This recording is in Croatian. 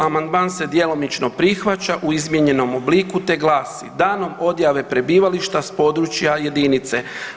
Amandman se djelomično prihvaća u izmijenjenom obliku te glasi: Danom odjave prebivališta s područja jedinice.